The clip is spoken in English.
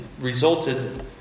resulted